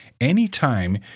Anytime